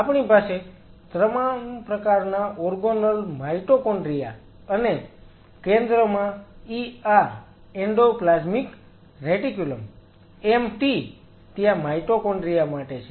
આપણી પાસે તમામ પ્રકારના ઓર્ગોનલ માયટોકોન્ડ્રિયા અને કેન્દ્રમાં ER એન્ડોપ્લાઝમિક રેટિક્યુલમ Mt ત્યાં માયટોકોન્ડ્રિયા માટે છે